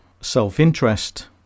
self-interest